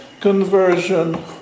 conversion